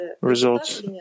Results